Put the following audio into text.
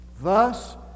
thus